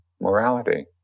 morality